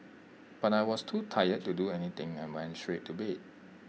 but I was too tired to do anything and went straight to bed